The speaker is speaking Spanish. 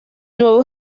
nuevo